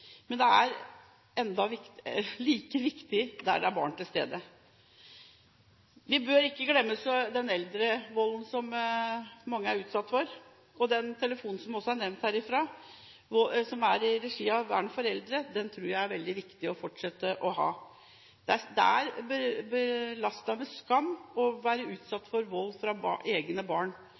Men det er like viktig der det er barn til stede. Vi bør heller ikke glemme den eldrevolden som mange er utsatt for, og den telefonen, som også er nevnt herfra, som er i regi av Vern for eldre. Den tror jeg er veldig viktig å fortsette å ha. Det er belastet med skam å være utsatt for vold fra egne barn.